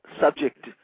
subject